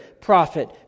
prophet